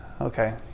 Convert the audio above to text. Okay